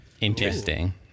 interesting